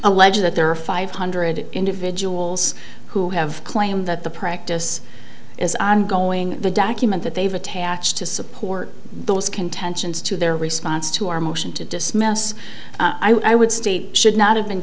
alleged that there are five hundred individuals who have claimed that the practice is ongoing the document that they've attached to support those contentions to their response to our motion to dismiss i would state should not have been